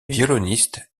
violoniste